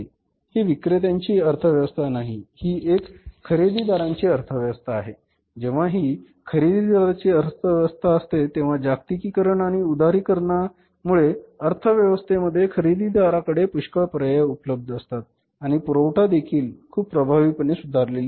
ही विक्रेत्यांची अर्थव्यवस्था नाही ही एक खरेदीदारांची अर्थव्यवस्था आहेजेव्हा ही खरेदीदाराची अर्थव्यवस्था असते तेव्हा जागतिकीकरण आणि उदारीकरणामुळेअर्थव्यवस्थेमध्ये खरेदीदाराकडे पुष्कळ पर्याय उपलब्ध असतात आणि पुरवठा बाजू देखील खूप प्रभावीपणे सुधारलेली असते